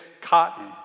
cotton